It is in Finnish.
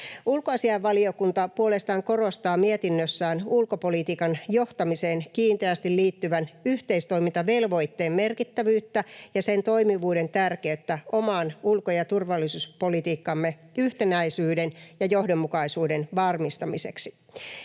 Ulkoasiainvaliokunta puolestaan korostaa mietinnössään ulkopolitiikan johtamiseen kiinteästi liittyvän yhteistoimintavelvoitteen merkittävyyttä ja sen toimivuuden tärkeyttä oman ulko- ja turvallisuuspolitiikkamme yhtenäisyyden ja johdonmukaisuuden varmistamiseksi.